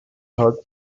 third